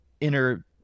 inner